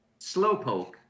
Slowpoke